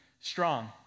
strong